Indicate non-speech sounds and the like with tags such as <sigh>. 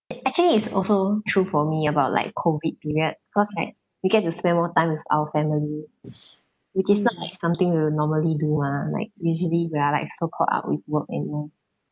actually it's also true for me about like COVID period cause like we get to spend more time with our family <noise> which is not like something we normally do mah like usually we are like so caught up with work and home